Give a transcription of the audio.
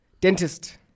Dentist